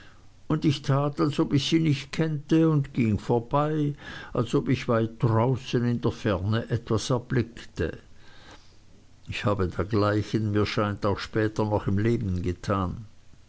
und ich tat als ob ich sie nicht kennte und ging vorbei als ob ich weit draußen in der ferne etwas erblickte ich habe dergleichen mir scheint auch später noch im leben getan